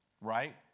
right